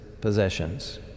possessions